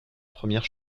première